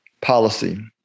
policy